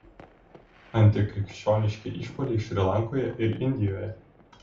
antikrikščioniški išpuoliai šri lankoje ir indijoje